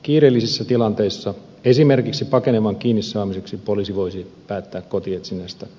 kiireellisissä tilanteissa esimerkiksi pakenevan kiinnisaamiseksi poliisi voisi päättää kotietsinnästä